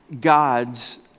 God's